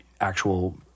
actual